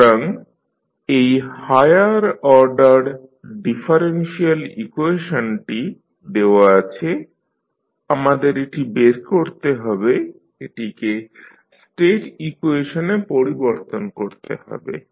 সুতরাং এই higher order differential ইকুয়েশনটি দেওয়া আছে আমাদের এটি বের করতে হবে এটিকে স্টেট ইকুয়েশনে পরিবর্তন করতে হবে